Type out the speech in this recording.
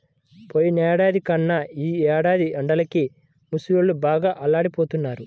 పోయినేడాది కన్నా ఈ ఏడాది ఎండలకి ముసలోళ్ళు బాగా అల్లాడిపోతన్నారు